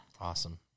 Awesome